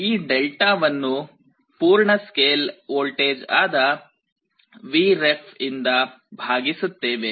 ಈ Δ ವನ್ನು ಪೂರ್ಣ ಸ್ಕೇಲ್ ವೋಲ್ಟೇಜ್ ಆದ Vref ಇಂದ ಭಾಗಿಸುತ್ತೇವೆ